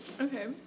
Okay